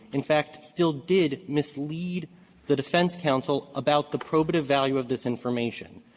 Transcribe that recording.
in fact, still did mislead the defense counsel about the probative value of this information,